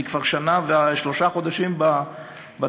אני כבר שנה ושלושה חודשים בתפקיד.